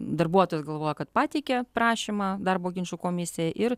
darbuotojas galvoja kad pateikė prašymą darbo ginčų komisijai ir